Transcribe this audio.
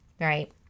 right